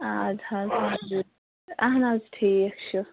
آدٕ حط اَہَن حظ ٹھیٖک چھُ